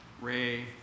Ray